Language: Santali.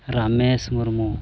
ᱨᱟᱢᱮᱥ ᱢᱩᱨᱢᱩ